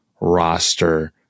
roster